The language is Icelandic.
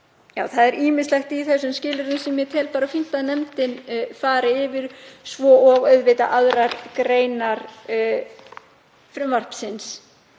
Það er ýmislegt í þessum skilyrðum sem ég tel bara fínt að nefndin fari yfir svo og auðvitað aðrar greinar frumvarpsins.